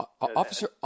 Officer